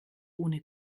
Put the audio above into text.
ohne